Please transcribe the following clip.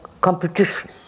competition